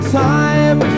time